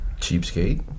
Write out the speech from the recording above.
Cheapskate